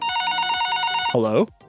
Hello